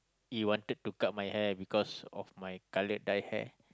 he wanted to cut my hair because of my colour dyed hair